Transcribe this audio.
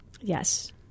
Yes